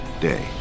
day